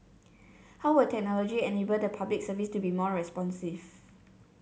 how will technology enable the Public Service to be more responsive